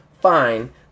Fine